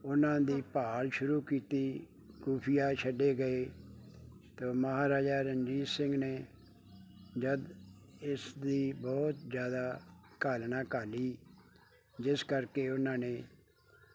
ਉਹਨਾਂ ਦੀ ਭਾਲ ਸ਼ੁਰੂ ਕੀਤੀ ਖੁਫੀਆ ਛੱਡੇ ਗਏ ਅਤੇ ਮਹਾਰਾਜਾ ਰਣਜੀਤ ਸਿੰਘ ਨੇ ਜਦ ਇਸ ਦੀ ਬਹੁਤ ਜ਼ਿਆਦਾ ਘਾਲਣਾ ਘਾਲੀ ਜਿਸ ਕਰਕੇ ਉਹਨਾਂ ਨੇ